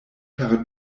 per